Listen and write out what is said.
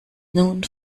nun